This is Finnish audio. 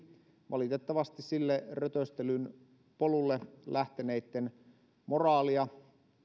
valitettavasti sille rötöstelyn polulle lähteneitten moraalia